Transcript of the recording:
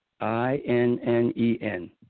I-N-N-E-N